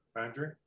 Andrew